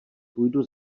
půjdu